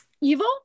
evil